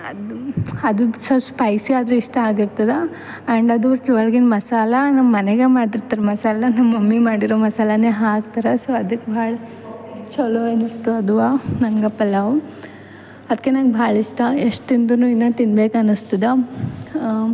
ಅದು ಅದು so spicy ಆದರೆ ಇಷ್ಟಆಗಿರ್ತದೆ ಆ್ಯಂಡ್ ಅದರ್ದು ಒಳ್ಗಿನ ಮಸಾಲಾ ನಮ್ಮ ಮನೆಗೆ ಮಾಡಿರ್ತಾರೆ ಮಸಾಲ ನಮ್ಮ ಮಮ್ಮಿ ಮಾಡಿರೋ ಮಸಾಲನೇ ಹಾಕ್ತಾರ ಸೊ ಅದ್ಕೆ ಭಾಳ್ ಚಲೋ ಅನಿಸ್ತು ಅದು ನಂಗೆ ಪಲಾವ್ ಅದಕ್ಕೆ ನಂಗೆ ಭಾಳ ಇಷ್ಟ ಎಷ್ಟು ತಿಂದ್ರು ಇನ್ನು ತಿನ್ಬೇಕು ಅನಿಸ್ತದ